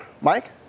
Mike